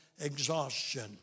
exhaustion